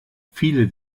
viele